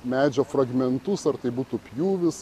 medžio fragmentus ar tai būtų pjūvis